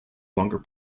longer